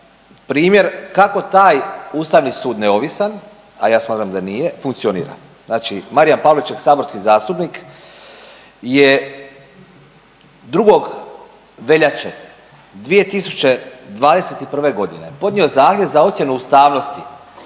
primjer kako taj Ustavni sud neovisan, a ja smatram da nije funkcionira. Znači Marijan Pavliček, saborski zastupnik je 2. veljače 2021. godine podnio zahtjev za ocjenu ustavnosti